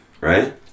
right